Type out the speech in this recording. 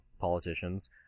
politicians